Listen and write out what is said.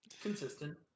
Consistent